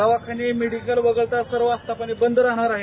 दवाखाने मेडिकल वगळता सर्व आस्थापना बंद राहणार आहेत